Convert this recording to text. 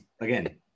again